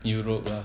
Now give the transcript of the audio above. europe lah